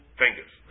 fingers